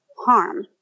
harm